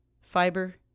fiber